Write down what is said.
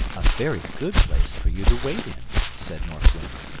a very good place for you to wait in, said north wind.